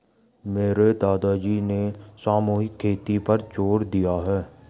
मेरे दादाजी ने सामूहिक खेती पर जोर दिया है